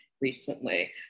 recently